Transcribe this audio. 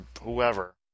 whoever